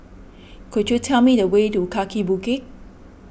could you tell me the way to Kaki Bukit